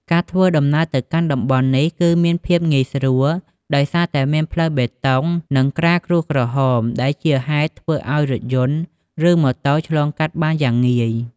ការធ្វើដំណើរទៅកាន់ទំនប់នេះ គឺមានភាពងាយស្រួលដោយសារតែមានផ្លូវបេតុង និងក្រាលក្រួសក្រហម ដែលជាហេតុធ្វើឲ្យរថយន្ត ឬម៉ូតូឆ្លងកាត់បានយ៉ាងងាយ។